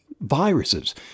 viruses